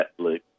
Netflix